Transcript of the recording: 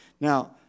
Now